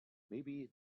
maybe